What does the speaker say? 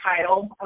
title